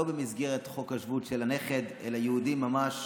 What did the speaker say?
לא במסגרת חוק השבות של הנכד אלא יהודים ממש.